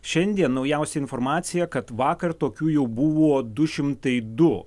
šiandien naujausia informacija kad vakar tokių jau buvo du šimtai du